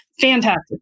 Fantastic